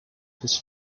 his